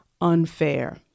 unfair